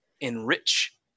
enrich